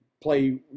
Play